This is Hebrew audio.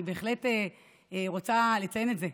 אני בהחלט רוצה לציין את זה,